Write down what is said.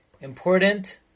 important